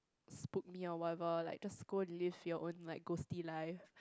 spook me or whatever like just go live your own like your ghostly life